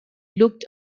looked